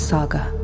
Saga